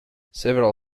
several